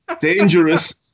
Dangerous